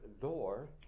door